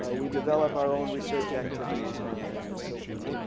ah we develop our own research activities, and and and so forth.